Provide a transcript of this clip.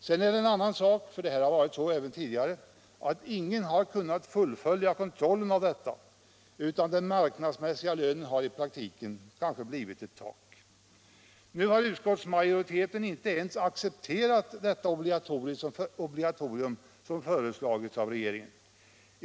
Sedan är det en annan sak — och så har det varit även tidigare — att ingen har kunnat fullfölja kontrollen av detta, utan den marknadsmässiga lönen har i praktiken kanske blivit ett tak. Utskottsmajoriteten har dock inte accepterat det av regeringen föreslagna obligatoriet.